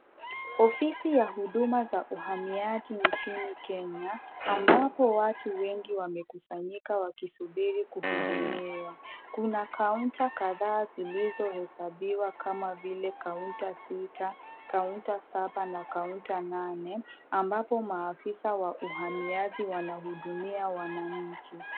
Ufisi ya huduma za uhamiaji nchini Kenya ambapo watu wengi wamekusanyika wakisubiri kuhudumiwa kuna kaunta kadhaa zilizo hesabiwa kama vile kaunta sita , kaunta saba na kaunta nane ambapo mafisa wa uhamiaji wanahudumia wananchi.